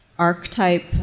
Archetype